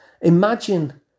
Imagine